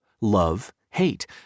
love-hate